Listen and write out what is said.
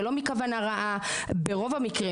זה לא מכוונה רעה ברוב המקרים.